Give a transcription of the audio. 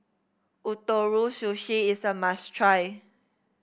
Ootoro Sushi is a must try